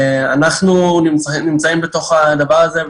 אנחנו נמצאים בתוך הדבר הזה,